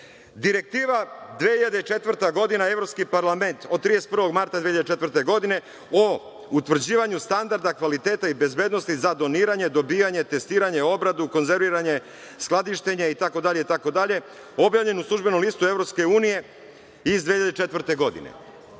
Direktiva 2004. godina, Evropski parlament, od 31. marta 2004. godine, o utvrđivanju standarda kvaliteta i bezbednosti za doniranje, dobijanje, testiranje, obradu, konzerviranje, skladištenje itd, itd, objavljen u Službenom listu EU iz 2004. godine.